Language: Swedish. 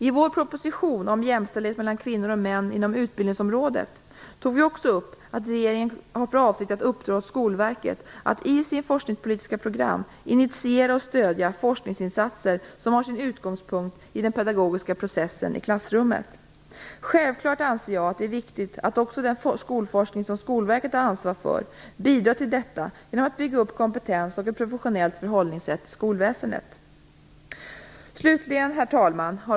I vår proposition om jämställdhet mellan kvinnor och män inom utbildningsområdet tar vi också upp att regeringen har för avsikt att uppdra åt Skolverket att i sitt forskningspolitiska program initiera och stödja forskningsinsatser som har sin utgångspunkt i den pedagogiska processen i klassrummet. Självklart anser jag att det är viktigt att också den skolforskning som Skolverket har ansvar för bidrar till detta genom att bygga upp kompetens och ett professionellt förhållningssätt i skolväsendet. Herr talman!